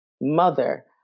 mother